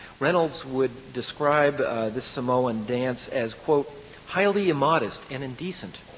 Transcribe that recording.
reynolds would describe this samoan dance as quote highly immodest and indecent.